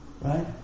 Right